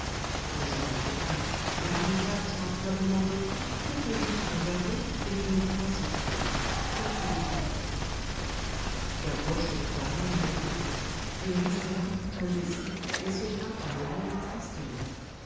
il sera trop tard la barricade sera probablement bloquée toutes les rues seront gardées et tu ne pourras sortir va tout de suite gavroche ne trouva rien à répliquer il restait là indécis et se grattant l'oreille tristement